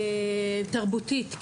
תרבותית,